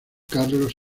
carlos